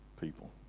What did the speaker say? people